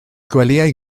gwelyau